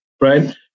right